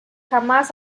jamás